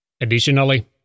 Additionally